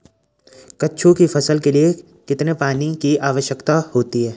कद्दू की फसल के लिए कितने पानी की आवश्यकता होती है?